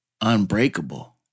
unbreakable